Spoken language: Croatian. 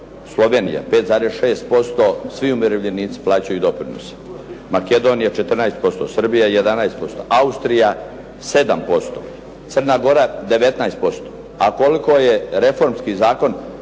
Slovenija 5,6% svi umirovljenici plaćaju doprinos. Makedonija 14%, Srbija 11%, Austrija 7%, Crna Gora 19%. A koliko je reformski zakon,